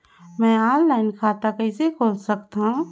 मैं ऑनलाइन खाता कइसे खोल सकथव?